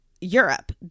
Europe